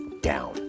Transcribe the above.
down